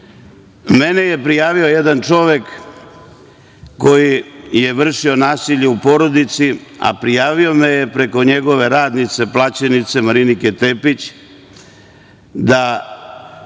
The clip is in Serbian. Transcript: je prijavio jedan čovek koji je vršio nasilje u porodici, a prijavio me je preko njegove radnice, plaćenice Marinike Tepić, da